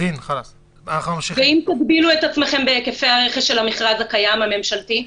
אם תגבילו את עצמכם בהיקפי הרכש של המכרז הממשלתי הקיים?